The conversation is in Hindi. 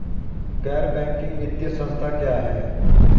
गैर बैंकिंग वित्तीय संस्था क्या है?